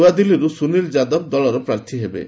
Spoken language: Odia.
ନୂଆଦିଲ୍ଲୀରୁ ସୁନୀଲ ଯାଦବ ଦଳର ପ୍ରାର୍ଥୀ ହେବେ